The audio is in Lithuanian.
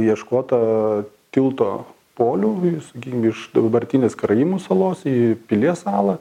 ieškota tilto polių ir sakykim iš dabartinės karaimų salos į pilies salą